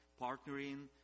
partnering